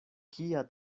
kia